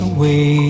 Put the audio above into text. Away